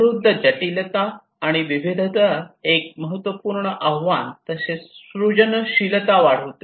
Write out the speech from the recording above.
समृद्ध जटिलता आणि विविधता एक महत्त्वपूर्ण आव्हान तसेच सृजनशीलता वाढवते